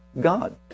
God